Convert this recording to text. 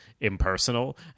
impersonal